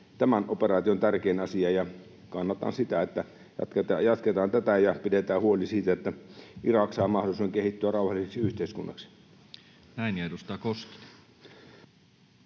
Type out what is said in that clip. operaation tärkein asia. Kannatan sitä, että jatketaan tätä ja pidetään huoli siitä, että Irak saa mahdollisuuden kehittyä rauhalliseksi yhteiskunnaksi. [Speech 177]